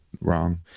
wrong